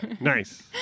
Nice